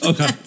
Okay